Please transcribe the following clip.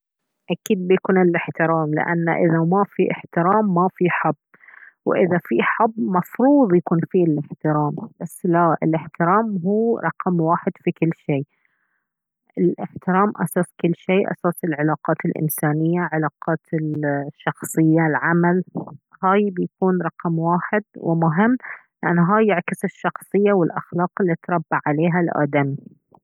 أكيد بيكون الاحترام لأنه إذا ما فيه احترام ما فيه حب وإذا فيه حب مفروض يكون فيه الاحترام بس لا الاحترام هو رقم واحد في كل شي الاحترام أساس كل شي أساس العلاقات الإنسانية علاقات الشخصية العمل هاي بيكون رقم واحد ومهم لأن هاي يعكس الشخصية والأخلاق اللي تربى عليها الآدمي